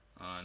on